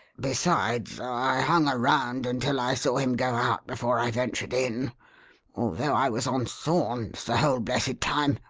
besides, i hung around until i saw him go out before i ventured in although i was on thorns the whole blessed time.